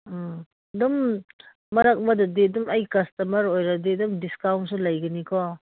ꯎꯝ ꯑꯗꯨꯝ ꯃꯔꯛ ꯑꯃꯗꯗꯤ ꯑꯗꯨꯝ ꯑꯩ ꯀꯁꯇꯃꯔ ꯑꯣꯏꯔꯗꯤ ꯑꯗꯨꯝ ꯗꯤꯁꯀꯥꯎꯟꯁꯨ ꯂꯩꯒꯅꯤꯀꯣ